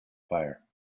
fire